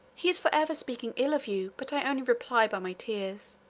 he is for ever speaking ill of you but i only reply by my tears.